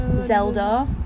Zelda